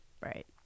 Right